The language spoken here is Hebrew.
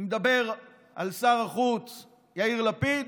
אני מדבר על שר החוץ יאיר לפיד